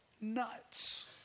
nuts